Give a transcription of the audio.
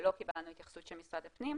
ולא קיבלנו התייחסות של משרד הפנים.